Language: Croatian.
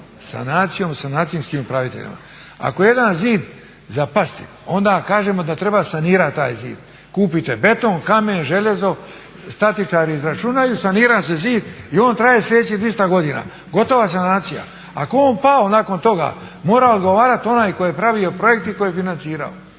sanacijom i sanacijskim upraviteljem. Ako je jedan zid za pasti onda kažemo da treba sanirati taj zid, kupite beton, kamen, željezo, statičari izračunaju i sanira se zid i on traje sljedećih 200 godina, gotova sanacija. Ako je on pao nakon toga mora odgovarati onaj tko je pravio projekt i tko je financirao.